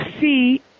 see